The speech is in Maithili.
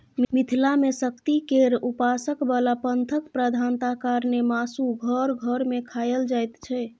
मिथिला मे शक्ति केर उपासक बला पंथक प्रधानता कारणेँ मासु घर घर मे खाएल जाइत छै